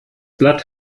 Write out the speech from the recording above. blatt